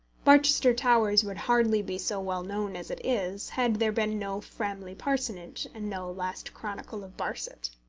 barchester towers would hardly be so well known as it is had there been no framley parsonage and no last chronicle of barset.